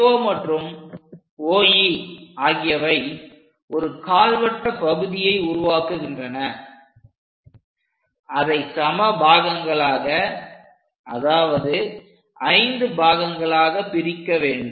AO மற்றும் OE ஆகியவை ஒரு கால்வட்ட பகுதியை உருவாக்குகின்றன அதை சம பாகங்களாக அதாவது 5 பாகங்களாக பிரிக்க வேண்டும்